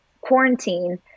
quarantine